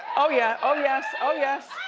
oh yeah. oh yes. oh yes.